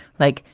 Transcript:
like,